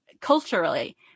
culturally